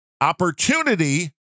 opportunity